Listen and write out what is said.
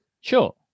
sure